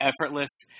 effortless